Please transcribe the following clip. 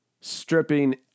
stripping